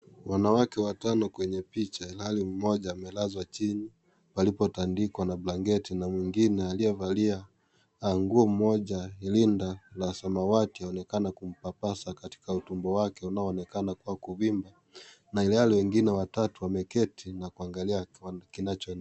Wanawake watano kwenye picha ilhali mmoja amelazwa chini palipo tandikwa na blanketi na mwingine aliyevalia nguo moja rinda la samawati aonekana kumpapasa katika utumbo wake unaonekana kuwa kuvimba na ilhali wale wengine watatu kuketi kuangalia kinachoendelea.